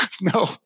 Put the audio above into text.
No